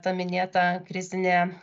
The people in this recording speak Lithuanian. ta minėta krizinė